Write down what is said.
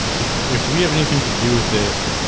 if if we have anything to do with it,